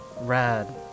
Rad